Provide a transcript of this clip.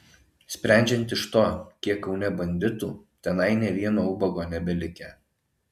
sprendžiant iš to kiek kaune banditų tenai nė vieno ubago nebelikę